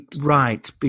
Right